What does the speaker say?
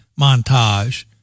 montage